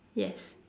yes